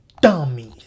Dummies